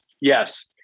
yes